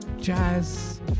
jazz